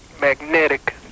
magnetic